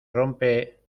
rompe